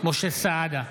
משה סעדה,